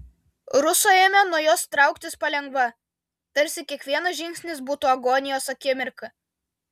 ruso ėmė nuo jos trauktis palengva tarsi kiekvienas žingsnis būtų agonijos akimirka